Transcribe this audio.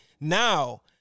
now